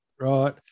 right